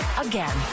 again